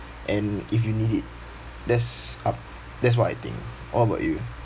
and if you need it there's up that's what I think what about you